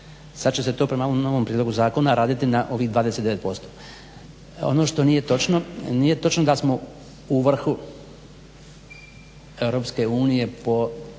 Sada će se to prema ovom novom prijedlogu zakona raditi na ovih 29%. Ono što nije točno, nije točno da smo u vrhu EU po